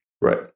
right